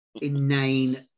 inane